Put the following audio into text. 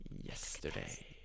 yesterday